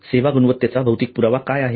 सेवा गुणवत्तेचा भौतिक पुरावा काय आहे